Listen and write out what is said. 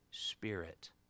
spirit